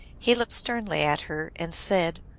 he looked sternly at her, and said,